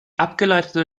abgeleitete